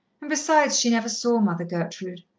and besides, she never saw mother gertrude.